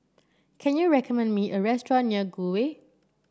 can you recommend me a restaurant near Gul Way